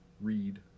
read